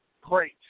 Great